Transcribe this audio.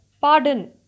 pardon